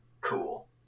Cool